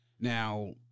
Now